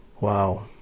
Wow